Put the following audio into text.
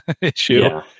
issue